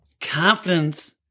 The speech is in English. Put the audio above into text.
Confidence